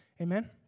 amen